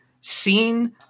seen